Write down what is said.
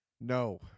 no